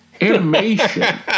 Animation